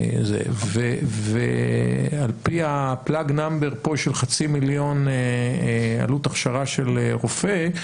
על פי הפלאג נאמבר פה של חצי מיליון עלות הכשרה של רופא,